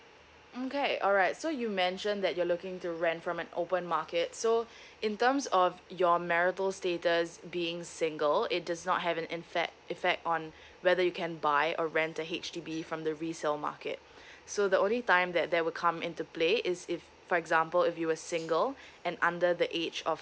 mm K alright so you mentioned that you are looking to rent from an open market so in terms of your marital status being single it is not have an in fact effect on whether you can buy or rent a H_D_B from the resale market so the only time that that will come into play is if for example if you were single and under the age of